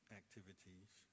activities